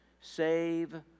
save